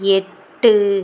எட்டு